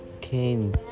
came